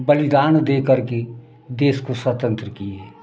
बलिदान देकर के देश को स्वतंत्र किए